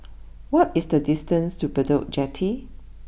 what is the distance to Bedok Jetty